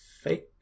Fake